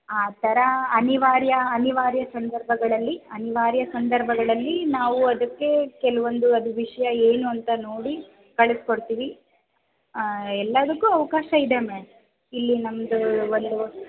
ಆ ಥರ ಅನಿವಾರ್ಯ ಅನಿವಾರ್ಯ ಸಂದರ್ಭಗಳಲ್ಲಿ ಅನಿವಾರ್ಯ ಸಂದರ್ಭಗಳಲ್ಲಿ ನಾವು ಅದಕ್ಕೆ ಕೆಲವೊಂದು ಅದು ವಿಷಯ ಏನು ಅಂತ ನೋಡಿ ಕಳಿಸ್ಕೊಡ್ತೀವಿ ಎಲ್ಲದಕ್ಕೂ ಅವಕಾಶ ಇದೆ ಮೇಡ್ ಇಲ್ಲಿ ನಮ್ಮದು ಒಂದು